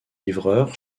livreur